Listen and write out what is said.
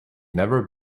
never